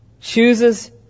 chooses